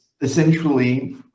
Essentially